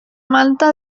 manta